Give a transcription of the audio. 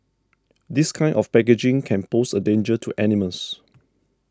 this kind of packaging can pose a danger to animals